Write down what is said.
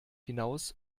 hinaus